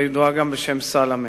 הידועה גם בשם סלמה.